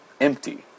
empty